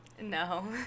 No